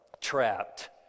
trapped